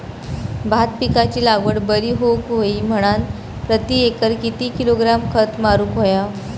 भात पिकाची लागवड बरी होऊक होई म्हणान प्रति एकर किती किलोग्रॅम खत मारुक होया?